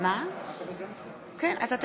אז גם את זה נעשה.